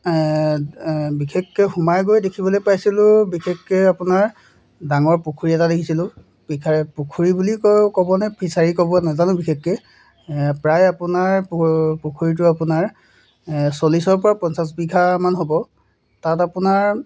বিশেষকৈ সোমাই গৈ দেখিবলৈ পাইছিলোঁ বিশেষকৈ আপোনাৰ ডাঙৰ পুখুৰী এটা দেখিছিলোঁ পিখাৰে পুখুৰী বুলি কয় ক'বনে ফিছাৰী ক'ব নাজানো বিশেষকে প্ৰায় আপোনাৰ পুখুৰীটো আপোনাৰ চল্লিছৰ পৰা পঞ্চাছ বিঘামান হ'ব তাত আপোনাৰ